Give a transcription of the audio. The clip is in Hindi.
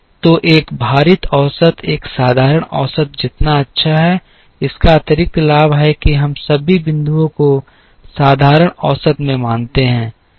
तो एक भारित औसत एक साधारण औसत जितना अच्छा है इसका अतिरिक्त लाभ है कि हम सभी बिंदुओं को साधारण औसत में मानते हैं